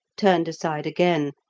turned aside again,